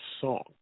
song